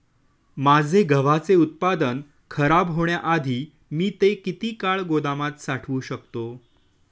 माझे गव्हाचे उत्पादन खराब होण्याआधी मी ते किती काळ गोदामात साठवू शकतो?